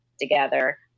together